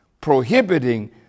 prohibiting